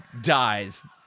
dies